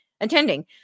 attending